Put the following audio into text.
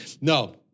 no